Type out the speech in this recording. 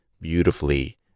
beautifully